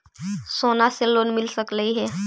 सोना से लोन मिल सकली हे?